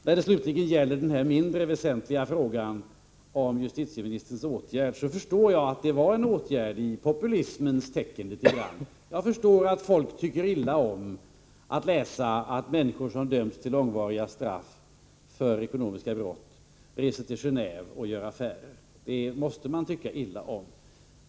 När det slutligen gäller den mindre väsentliga frågan om justitieministerns åtgärd, förstår jag att det var en åtgärd litet grand i populismens tecken. Jag förstår att folk tycker illa om att läsa att människor som dömts till långvariga straff för ekonomiska brott reser till Genåve och gör affärer. Det måste man tycka illa om.